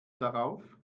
darauf